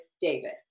David